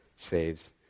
saves